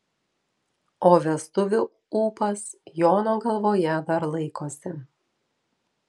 o vestuvių ūpas jono galvoje dar laikosi